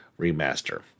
remaster